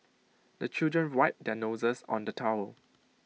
the children wipe their noses on the towel